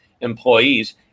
employees